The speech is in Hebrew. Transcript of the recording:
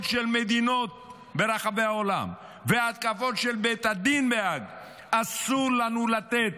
של מדינות ברחבי העולם וההתקפות של בית הדין בהאג אסור לנו לתת